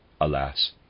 alas